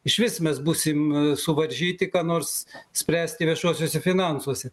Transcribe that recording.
išvis mes būsim suvaržyti ką nors spręsti viešuosiuose finansuose